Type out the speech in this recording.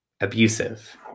abusive